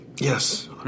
Yes